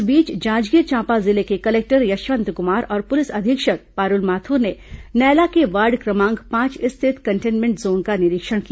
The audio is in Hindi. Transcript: इस बीच जांजगीर चांपा जिले के कलेक्टर यशवंत कुमार और पुलिस अधीक्षक पारूल माथुर ने नैला के वार्ड क्रमांक पांच स्थित कंटेनमेंट जोन का निरीक्षण किया